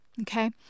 Okay